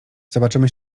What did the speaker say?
zobaczymy